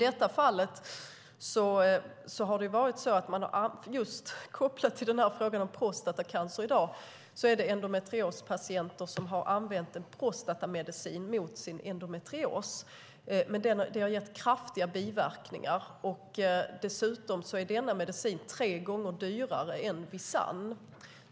Om jag ska koppla det till just frågan om prostatacancer i dag kan jag säga att endometriospatienter har använt en prostatamedicin mot sin endometrios. Men den har gett kraftiga biverkningar. Dessutom är denna medicin tre gånger dyrare än Visanne.